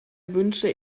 wünsche